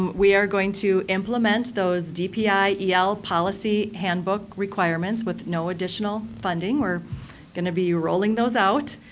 we are going to implement those dpi el policy handbook requirements with no additional funding. we're going to be rolling those out.